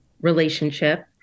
relationship